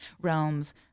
realms